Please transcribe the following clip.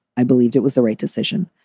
i believed it was the right decision,